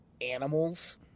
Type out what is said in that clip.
animals